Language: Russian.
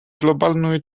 глобальную